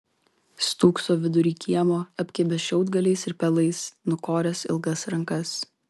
stūkso vidury kiemo apkibęs šiaudgaliais ir pelais nukoręs ilgas rankas